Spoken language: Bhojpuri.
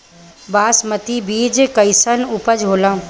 बासमती बीज कईसन उपज होला?